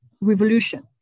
revolution